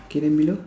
okay then below